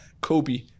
kobe